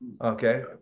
Okay